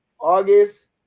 August